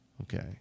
okay